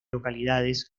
localidades